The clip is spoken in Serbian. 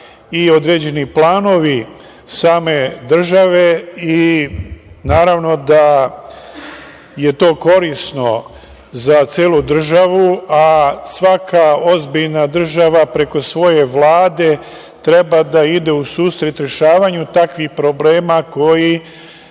i određeni planovi same države i naravno da je to korisno za celu državu, a svaka ozbiljna država preko svoje Vlade treba da ide u susret rešavanju takvih problema koji